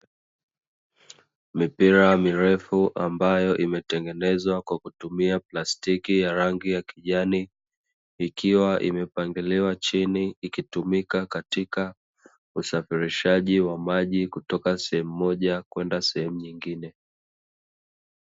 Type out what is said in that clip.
Mipira mirefu ambayo, imetengenezwa kwa kutumia plastiki ya rangi ya kijani, ikiwa imepangiliwa chini, ikitumika katika usafirishaji wa maji kutoka sehemu moja kwenda sehemu nyingine.